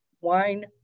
wine